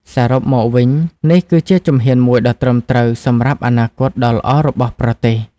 សរុបមកវិញ នេះគឺជាជំហានមួយដ៏ត្រឹមត្រូវសម្រាប់អនាគតដ៏ល្អរបស់ប្រទេស។